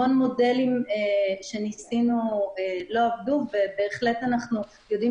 הרבה מודלים שניסינו לא עבדו ובהחלט אנחנו יודעים